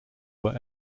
were